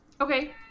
Okay